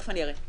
תיכף אני אראה.